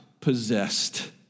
possessed